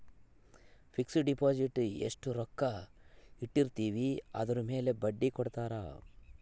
fix deposit ಎಸ್ಟ ರೊಕ್ಕ ಇಟ್ಟಿರ್ತಿವಿ ಅದುರ್ ಮೇಲೆ ಬಡ್ಡಿ ಕೊಡತಾರ